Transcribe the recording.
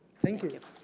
thank you.